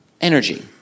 energy